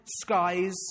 skies